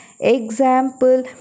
Example